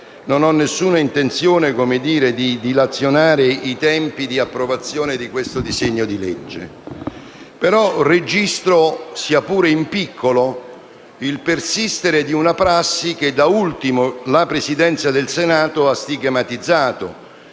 Non ho alcuna intenzione di dilazionare i tempi di approvazione di questo disegno di legge, però registro, sia pur in piccolo, il persistere di una prassi che da ultimo la Presidenza del Senato ha stigmatizzato